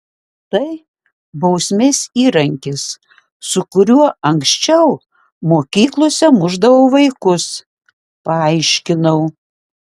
tai bausmės įrankis su kuriuo anksčiau mokyklose mušdavo vaikus paaiškinau